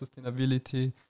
sustainability